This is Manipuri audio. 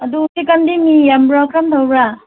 ꯑꯗꯨ ꯍꯧꯖꯤꯛꯀꯥꯟꯗꯤ ꯃꯤ ꯌꯥꯝꯕ꯭ꯔꯥ ꯀꯔꯝ ꯇꯧꯕ꯭ꯔꯥ